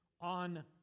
on